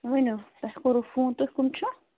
ؤنِو تۄہہِ کوٚروٕ فون تُہۍ کٕم چھو